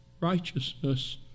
righteousness